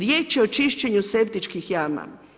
Riječ je o čišćenju septičkih jama.